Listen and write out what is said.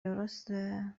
درسته